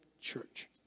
church